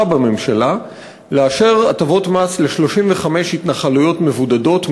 בממשלה לאשר הטבות מס ל-35 התנחלויות מבודדות,